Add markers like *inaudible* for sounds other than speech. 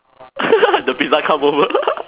*laughs* the pizza come over *laughs*